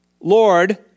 Lord